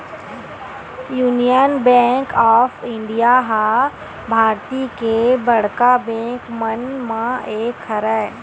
union bank of India ह भारतीय के बड़का बेंक मन म एक हरय